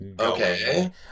okay